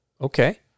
Okay